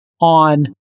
on